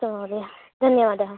तु महोदया धन्यवादः